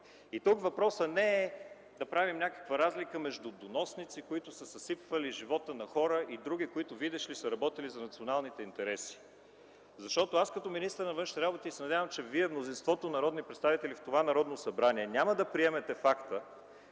Тук въпросът не е да правим някаква разлика между доносници, които са съсипвали живота на хора, и други, които, видиш ли, са работили за националните интереси. Като министър на външните работи се надявам, че мнозинството народни представители в това Народно събрание няма да приемете факта,